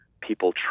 people